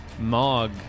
Mog